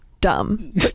dumb